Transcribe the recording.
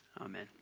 amen